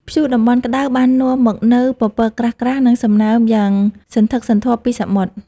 ព្យុះតំបន់ក្ដៅបាននាំមកនូវពពកក្រាស់ៗ និងសំណើមយ៉ាងសន្ធឹកសន្ធាប់ពីសមុទ្រ។